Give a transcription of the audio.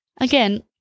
Again